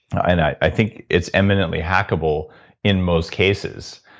i and i think it's imminently hackable in most cases.